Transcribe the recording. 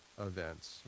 events